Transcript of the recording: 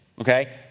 Okay